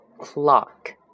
clock